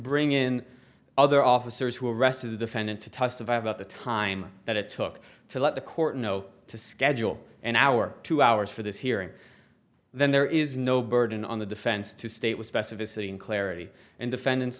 bring in other officers who arrested the defendant to testify about the time that it took to let the court know to schedule an hour two hours for this hearing then there is no burden on the defense to state with specificity and clarity and defend